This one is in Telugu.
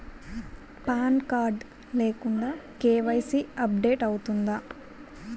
పాన్ కార్డ్ లేకుండా కే.వై.సీ అప్ డేట్ అవుతుందా?